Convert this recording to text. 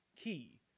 key